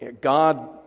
God